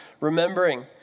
remembering